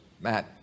Matt